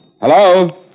Hello